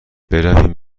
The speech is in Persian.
برویم